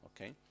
okay